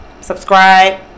Subscribe